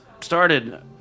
started